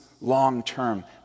long-term